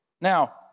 Now